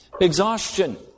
exhaustion